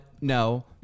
no